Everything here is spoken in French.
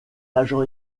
agent